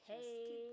Hey